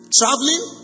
traveling